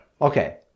Okay